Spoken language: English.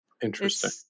Interesting